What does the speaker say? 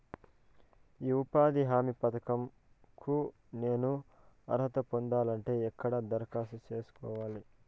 ఉపాధి హామీ పథకం కు నేను అర్హత పొందాలంటే ఎక్కడ దరఖాస్తు సేసుకోవాలి?